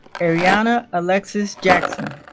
arianna alexis jackson